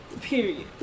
period